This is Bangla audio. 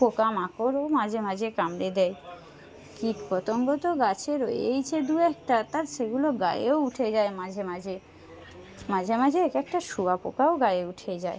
পোকামাকড়ও মাঝেমাঝে কামড়ে দেয় কীটপতঙ্গ তো গাছে রয়েইছে দুএকটা তা সেগুলো গায়েও উঠে যায় মাঝে মাঝে মাঝে মাঝে এক একটা শুঁয়াপোকাও গায়ে উঠে যায়